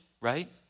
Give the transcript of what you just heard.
Right